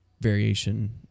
variation